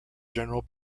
general